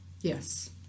Yes